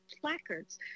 placards